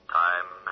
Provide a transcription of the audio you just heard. time